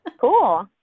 Cool